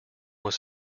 was